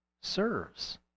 serves